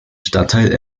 stadtteil